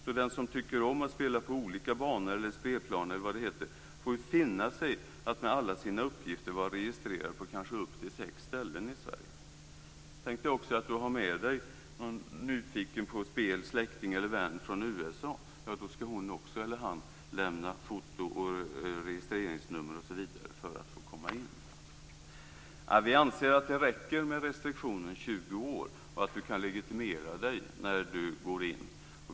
Så den som tycker om att spela på olika banor eller spelplaner får finna sig i att ha alla sina uppgifter registrerade på kanske upp till sex ställen i Sverige. Tänk dig också att du har med dig en på spel nyfiken släkting eller vän från USA. Då skall också hon eller han lämna foto, registreringsnummer osv. för att få komma in. Nej, vi anser att det räcker med restriktionen 20 år och att du kan legitimera dig när du går in.